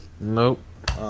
nope